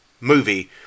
movie